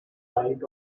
fight